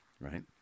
right